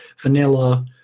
vanilla